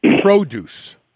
produce